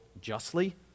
justly